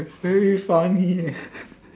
very funny eh